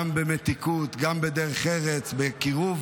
גם במתיקות, גם בדרך ארץ, בקירוב